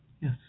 yes